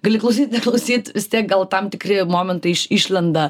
gali klausyt klausyt vistiek gal tam tikri momentai išlenda